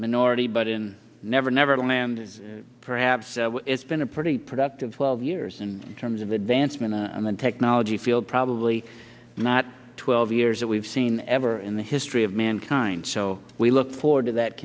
minority but in never neverland perhaps it's been a pretty productive twelve years in terms of advancement and technology field probably not twelve years that we've seen ever in the history of mankind so we look forward to that